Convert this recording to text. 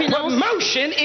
promotion